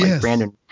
brandon